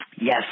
yes